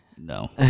No